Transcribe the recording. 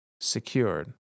Secured